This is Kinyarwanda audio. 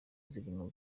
zirimo